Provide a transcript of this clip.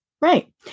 right